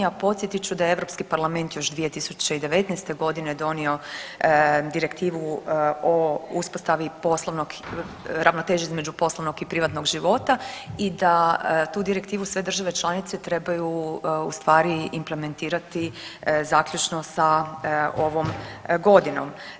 A podsjetit ću da je Europski parlament još 2019. godine donio Direktivu o uspostavi poslovnog, ravnoteži između poslovnog i privatnog života i da tu direktivu sve države članice trebaju u stvari implementirati zaključno sa ovom godinom.